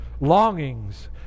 longings